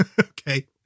Okay